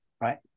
right